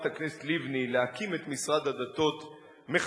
הכנסת לבני להקים את משרד הדתות מחדש,